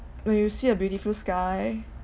when you see a beautiful sky